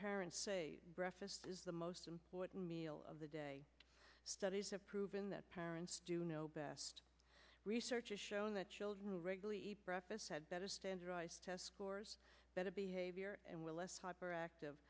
parents say breakfast is the most important meal of the day studies have proven that parents do know best research has shown that children regularly eat breakfast had better standardized test scores better behavior and were less hyperactive